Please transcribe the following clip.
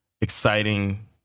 exciting